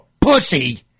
pussy